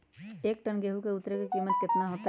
एक टन गेंहू के उतरे के कीमत कितना होतई?